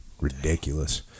ridiculous